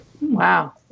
Wow